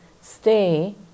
stay